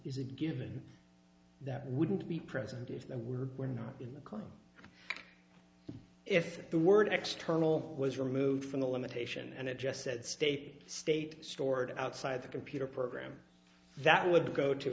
is a given that wouldn't be present if there were were not in the car if the word external was removed from the limitation and it just said state state stored outside the computer program that would go to